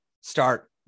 start